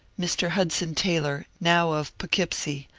mr. hudson taylor, now of poughkeepsie,